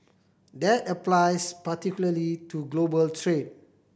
that applies particularly to global trade